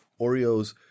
Oreos